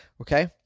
Okay